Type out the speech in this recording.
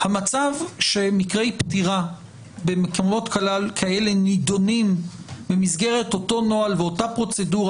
המצב שמקרי פטירה במקומות כאלה נידונים במסגרת אותו נוהל ואותה פרוצדורה